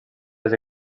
les